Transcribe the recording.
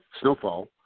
Snowfall